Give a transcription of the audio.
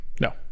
No